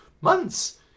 months